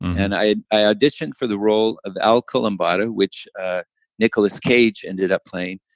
and i i auditioned for the role of al columbato, which ah nicholas cage ended up playing.